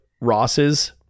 rosses